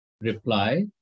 reply